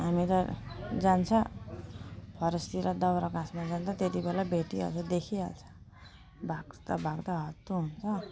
हामी त जान्छ फोरेस्टतिर दाउरा घाँसमा जान्छ त्यति बेलै भेटिहाल्छ देखिहाल्छ भाग्दा भाग्दा हत्तु हुन्छ